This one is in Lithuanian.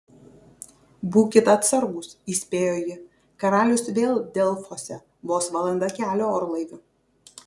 būkit atsargūs įspėjo ji karalius vėl delfuose vos valanda kelio orlaiviu